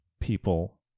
people